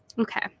Okay